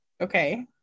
okay